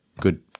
good